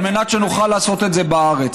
על מנת שנוכל לעשות את זה בארץ.